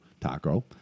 taco